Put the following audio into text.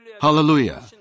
Hallelujah